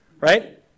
right